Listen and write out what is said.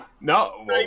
No